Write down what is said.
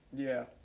yeah.